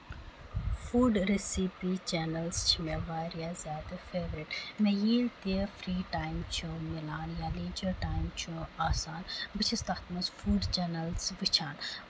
food recipe channels چھِ مےٚ واریاہ زیادٕ فیورِٹ مےٚ ییٚلہِ تہِ فری ٹایم چھُ مِلان یا لیجر ٹایم چھُ آسان بہٕ چھَس تَتھ منٛزفوٗڈ چیٚنَلٕز وٕچھان